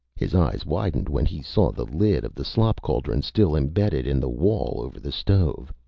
his eyes widened when he saw the lid of the slop cauldron still embedded in the wall over the stove.